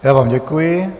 Já vám děkuji.